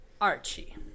Archie